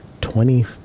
twenty